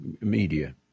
media